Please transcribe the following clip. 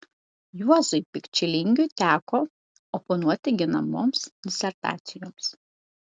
juozui pikčilingiui teko oponuoti ginamoms disertacijoms